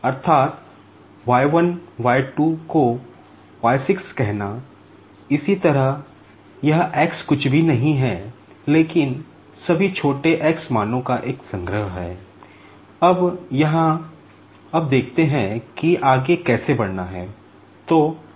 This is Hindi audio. अब यहाँ अब देखते हैं कि आगे कैसे बढ़ना है